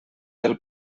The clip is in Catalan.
del